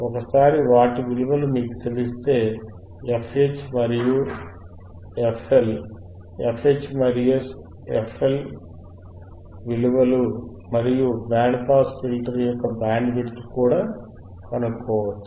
ఒక సారి వాటి విలువలు మీకు తెలిస్తే fH మరియు fL fH fL విలువలు మరియు బ్యాండ్ పాస్ ఫిల్టర్ యొక్క బ్యాండ్ విడ్త్ కూడా కనుక్కోవచ్చు